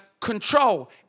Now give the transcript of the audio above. control